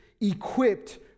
equipped